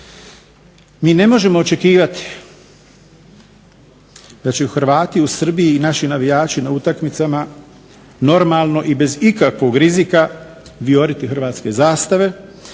Mi ne možemo očekivati da će Hrvati u Srbiji i naši navijači na utakmicama normalno i bez ikakvog rizika vijoriti hrvatske zastave,